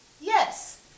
yes